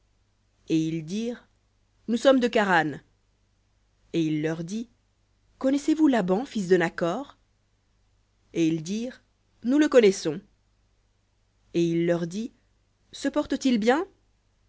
et ils dirent nous sommes de charan et il leur dit connaissez-vous laban fils de nakhor et ils dirent nous le connaissons et il leur dit se porte-t-il bien